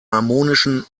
harmonischen